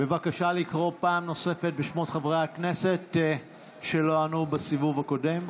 בבקשה לקרוא פעם נוספת בשמות חברי הכנסת שלא ענו בסיבוב הקודם.